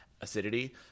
acidity